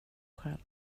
själv